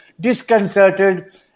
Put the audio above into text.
disconcerted